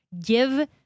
Give